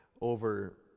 Over